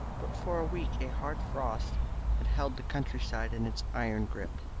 but for a week a hard frost had held the country side in its iron grip.